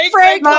Frank